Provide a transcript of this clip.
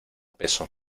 peso